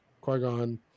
Qui-Gon